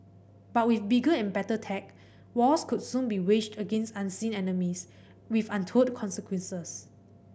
but with bigger and better tech wars could soon be waged against unseen enemies with untold consequences